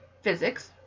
physics